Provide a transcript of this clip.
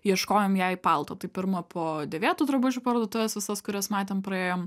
ieškojom jai palto tai pirma po dėvėtų drabužių parduotuves visas kurias matėm praėjom